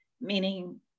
meaning